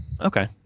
Okay